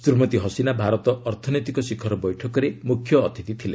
ଶ୍ରୀମତୀ ହସିନା ଭାରତ ଅର୍ଥନୈତିକ ଶିଖର ବୈଠକରେ ମୁଖ୍ୟଅତିଥି ଥିଲେ